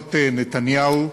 ממשלות נתניהו,